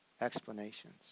explanations